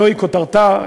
זוהי כותרתה,